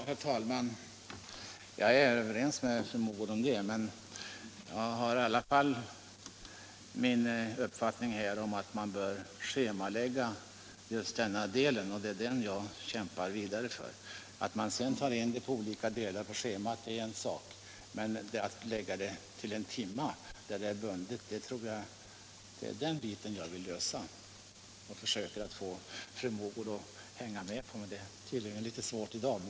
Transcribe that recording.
Herr talman! Jag är överens med fru Mogård om detta, men jag vidhåller i alla fall min uppfattning att man bör schemalägga just den här delen, och det är detta jag kommer att kämpa vidare för. Att man tar in friskvården på schemat tillsammans med andra ämnen är en sak, men jag vill få in den som ett schemabundet ämne. Jag försöker att få fru Mogård med mig här, men det är tydligen litet svårt i dag.